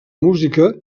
música